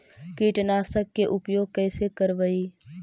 कीटनाशक के उपयोग कैसे करबइ?